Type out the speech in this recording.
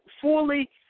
fully